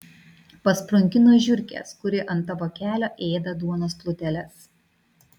pasprunki nuo žiurkės kuri ant tavo kelio ėda duonos pluteles